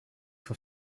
for